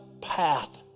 path